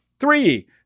Three